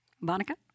Monica